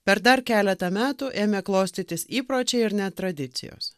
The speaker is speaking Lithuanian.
per dar keletą metų ėmė klostytis įpročiai ir net tradicijos